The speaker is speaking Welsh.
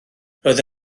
roedd